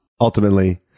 Ultimately